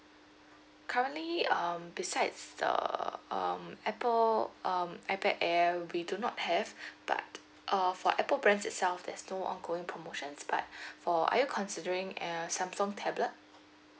currently um besides the um Apple um ipad air we do not have but uh for Apple brands itself there's no ongoing promotions but for are you considering uh Samsung tablet